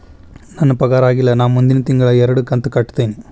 ನನ್ನ ಪಗಾರ ಆಗಿಲ್ಲ ನಾ ಮುಂದಿನ ತಿಂಗಳ ಎರಡು ಕಂತ್ ಕಟ್ಟತೇನಿ